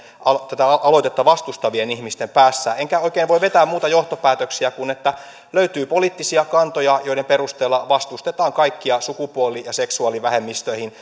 tätä aloitetta vastustavien ihmisten päässä enkä oikein voi vetää muita johtopäätöksiä kuin sen että löytyy poliittisia kantoja joiden perusteella vastustetaan kaikkia sukupuoli ja seksuaalivähemmistöihin